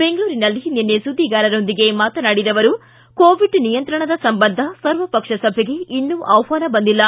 ಬೆಂಗಳೂರಿನಲ್ಲಿ ನಿನ್ನೆ ಸುದ್ದಿಗಾರರೊಂದಿಗೆ ಮಾತನಾಡಿದ ಅವರು ಕೋವಿಡ್ ನಿಯಂತ್ರಣದ ಸಂಬಂಧ ಸರ್ವಪಕ್ಷ ಸಭೆಗೆ ಇನ್ನೂ ಆಹ್ವಾನ ಬಂದಿಲ್ಲ